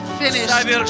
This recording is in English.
finished